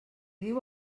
diu